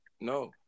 no